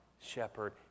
shepherd